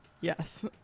Yes